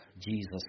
Jesus